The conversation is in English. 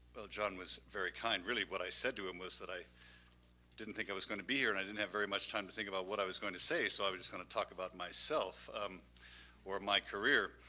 well, john was very kind, really what i said to him was that i didn't think i was going to be here and i didn't have very much time to think about what i was going to say, so i was just going to talk about myself um or my career.